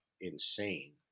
insane